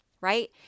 right